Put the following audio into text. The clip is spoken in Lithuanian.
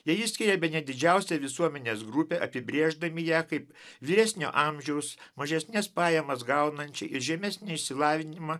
jie išskiria bene didžiausią visuomenės grupę apibrėždami ją kaip vyresnio amžiaus mažesnes pajamas gaunančią ir žemesnį išsilavinimą